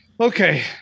Okay